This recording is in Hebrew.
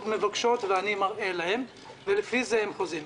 מבקשות ואני מראה להן ולפי זה הן חוזות.